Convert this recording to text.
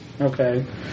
Okay